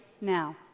now